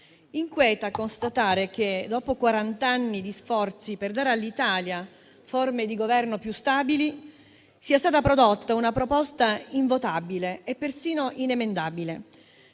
inquieta constatare che, dopo quarant'anni di sforzi per dare all'Italia forme di governo più stabili, sia stata prodotta una proposta invotabile e persino inemendabile.